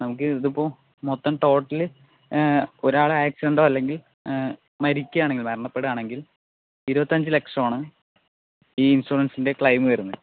നമുക്ക് ഇതിപ്പോൾ മൊത്തം ടോട്ടൽ ഒരാള് ആക്സിഡന്റോ അല്ലെങ്കിൽ മരിക്കാണെങ്കിൽ മരണപ്പെടുവാണെങ്കിൽ ഇരുപത്തിയഞ്ച് ലക്ഷം ആണ് ഈ ഇൻഷുറൻസിൻ്റെ ക്ലെയിം വരുന്നത്